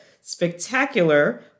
spectacular